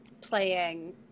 playing